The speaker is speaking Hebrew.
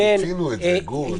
בין התקהלות לבין --- גור,